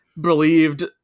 believed